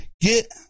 get